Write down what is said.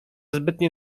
zbytnie